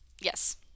Yes